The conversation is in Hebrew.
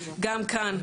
גם כאן,